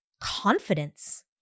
confidence